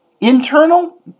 Internal